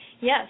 Yes